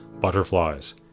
Butterflies